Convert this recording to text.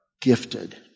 gifted